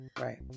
Right